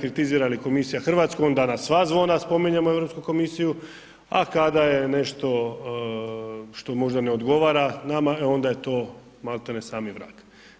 kritizira ili komisija Hrvatsku onda na sva zvona spominjemo Europsku komisiju, a kada je nešto što možda ne odgovara nama, e onda je to maltene sami vrag.